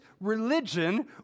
religion